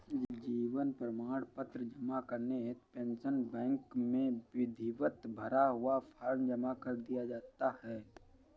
जीवन प्रमाण पत्र जमा करने हेतु पेंशन बैंक में विधिवत भरा हुआ फॉर्म जमा कर दिया जाता है